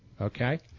Okay